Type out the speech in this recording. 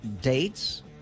dates